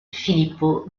filippo